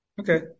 okay